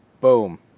Boom